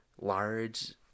Large